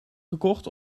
gekocht